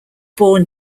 born